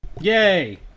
Yay